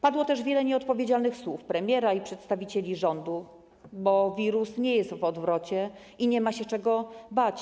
Padło też wiele nieodpowiedzialnych słów premiera i przedstawicieli rządu, bo wirus nie jest w odwrocie i nie jest tak, że nie ma się czego bać.